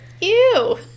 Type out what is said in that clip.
Ew